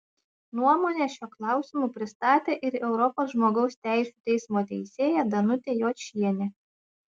nuomonę šiuo klausimu pristatė ir europos žmogaus teisių teismo teisėja danutė jočienė